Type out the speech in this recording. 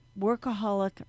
workaholic